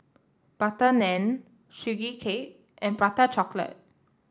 Butter Naan Sugee Cake and Prata Chocolate